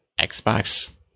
Xbox